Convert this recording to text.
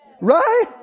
Right